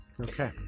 Okay